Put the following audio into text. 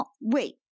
Wait